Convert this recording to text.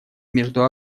между